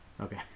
Okay